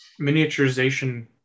miniaturization